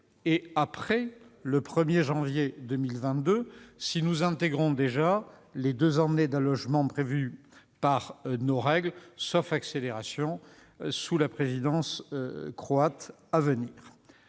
après le 1 janvier 2022, si nous intégrons déjà les deux années d'allégement prévues par nos règles, sauf accélération sous la présidence croate à venir